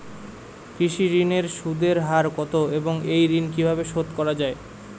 কৃষি ঋণের সুদের হার কত এবং এই ঋণ কীভাবে শোধ করা য়ায়?